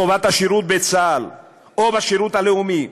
חובת השירות בצה"ל או השירות הלאומי,